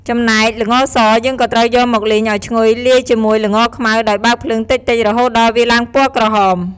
ចំណែក ល្ងសយើងក៏ត្រូវយកមកលីងឱ្យឈ្ងុយលាយជាមួយល្ងខ្មៅដោយបើកភ្លើងតិចៗ រហូតដល់វាឡើងពណ៍ក្រហម។